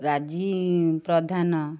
ରାଜୀ ପ୍ରଧାନ